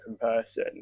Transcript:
person